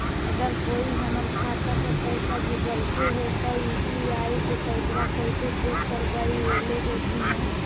अगर कोइ हमर खाता पर पैसा भेजलके हे त यु.पी.आई से पैसबा कैसे चेक करबइ ऐले हे कि न?